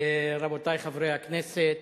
רבותי חברי הכנסת,